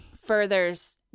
furthers